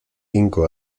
cinco